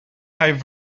hij